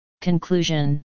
conclusion